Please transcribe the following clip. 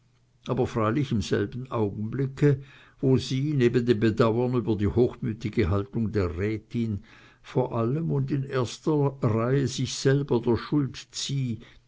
aber freilich im selben augenblicke wo sie neben dem bedauern über die hochmütige haltung der rätin vor allem und in erster reihe sich selber der schuld zieh